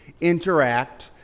interact